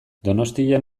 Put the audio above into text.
donostian